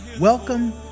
Welcome